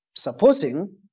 Supposing